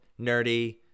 nerdy